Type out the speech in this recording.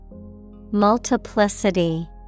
Multiplicity